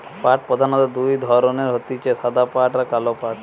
পাট প্রধানত দুই ধরণের হতিছে সাদা পাট আর কালো পাট